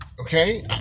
Okay